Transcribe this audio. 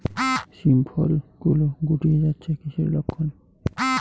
শিম ফল গুলো গুটিয়ে যাচ্ছে কিসের লক্ষন?